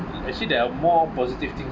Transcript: actually there are more positive thing